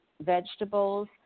vegetables